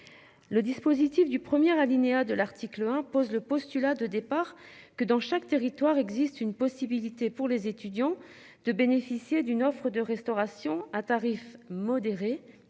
Le dispositif du premier alinéa de l'article impose le postulat de départ que dans chaque territoire existe une possibilité pour les étudiants de bénéficier d'une offre de restauration à tarifs modérés